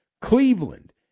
Cleveland